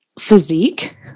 physique